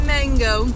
Mango